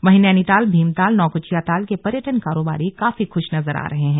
वहीं नैनीताल भीमताल नौकृचियाताल के पर्यटन कारोबारी खुश नजर आ रहे है